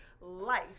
life